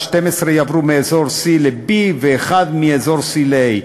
12% יעברו מאזור C ל-B ו-1% מאזור C ל-A.